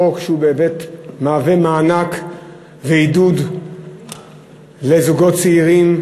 חוק שבאמת מהווה מענק ועידוד לזוגות צעירים,